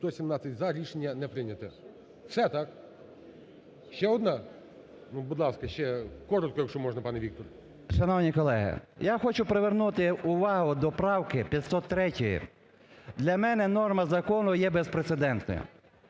Шановні колеги, я хочу привернути увагу до правки 503. Для мене норма закону є безпрецедентною.